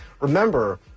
Remember